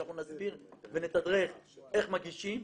שאנחנו נסביר ונתדרך איך מגישים.